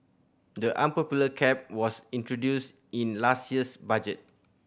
the unpopular cap was introduced in last year's budget